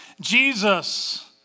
Jesus